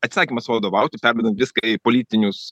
atsisakymas vadovauti perduodant viską į politinius